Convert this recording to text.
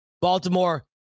Baltimore